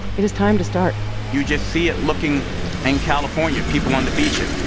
it is time to start you just see it looking in california, people on the beaches.